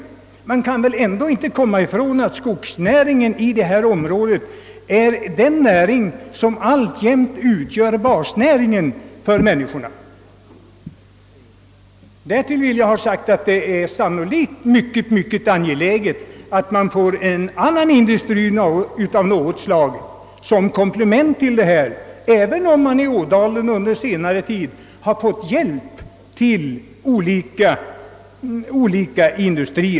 Det kan väl ändå inte förnekas att skogsindustrien inom detta område alltjämt utgör basnäringen. Sannolikt behövs det dock ytterligare någon industri såsom ett komplement till denna basnäring, även om Ådalen under senare tid fått en hel del lokaliseringsstöd.